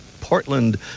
Portland